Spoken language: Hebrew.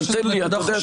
אבל תן לי לדבר.